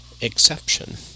exception